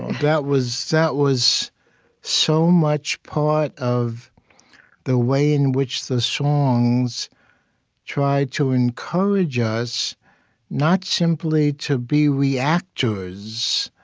that was that was so much part of the way in which the songs try to encourage us not simply to be reactors.